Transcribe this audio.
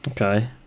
Okay